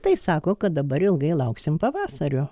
tai sako kad dabar ilgai lauksim pavasario